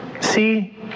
See